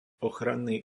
ochranný